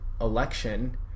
election